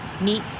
Meet